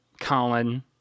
Colin